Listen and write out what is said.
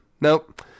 Nope